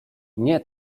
nie